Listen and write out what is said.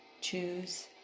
choose